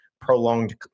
prolonged